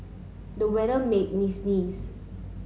the weather made me sneeze